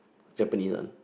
Japanese one